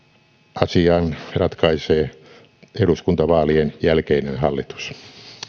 asian ratkaisee eduskuntavaalien jälkeinen hallitus